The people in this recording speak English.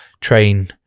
train